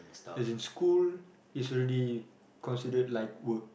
as in school is already considered like work